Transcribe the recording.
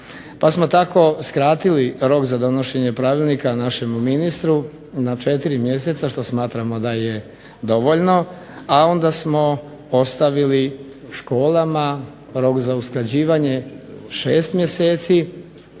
Pa smo tako skratili rok za donošenje pravilnika našem ministru na 4 mjeseca što smatramo da je dovoljno, a onda smo ostavili školama rok za usklađivanje 6 mjeseci.